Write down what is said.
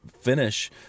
finish